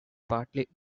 partly